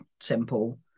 simple